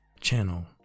channel